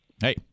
Hey